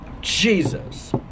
Jesus